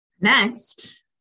Next